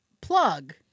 plug